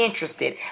interested